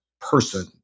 person